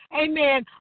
amen